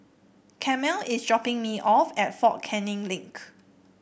Carmel is dropping me off at Fort Canning Link